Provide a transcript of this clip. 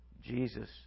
Jesus